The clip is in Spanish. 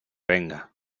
venga